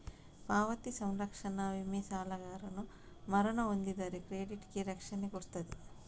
ಪಾವತಿ ಸಂರಕ್ಷಣಾ ವಿಮೆ ಸಾಲಗಾರನು ಮರಣ ಹೊಂದಿದರೆ ಕ್ರೆಡಿಟ್ ಗೆ ರಕ್ಷಣೆ ಕೊಡ್ತದೆ